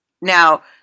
now